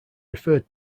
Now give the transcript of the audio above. referred